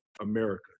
America